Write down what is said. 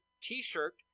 t-shirt